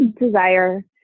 Desire